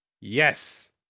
Yes